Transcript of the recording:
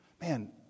Man